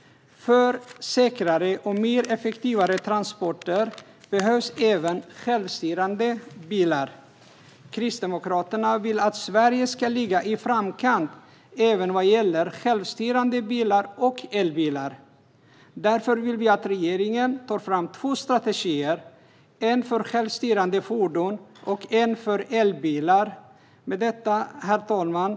För säkrare och mer effektiva transporter behövs även självstyrande bilar. Kristdemokraterna vill att Sverige ska ligga i framkant vad gäller både självstyrande bilar och elbilar. Därför vill vi att regeringen tar fram två strategier, en för självstyrande fordon och en för elbilar. Herr talman!